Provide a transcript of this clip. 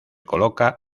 coloca